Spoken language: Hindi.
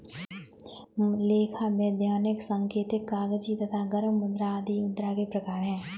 लेखा, वैधानिक, सांकेतिक, कागजी तथा गर्म मुद्रा आदि मुद्रा के प्रकार हैं